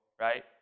right